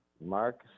mark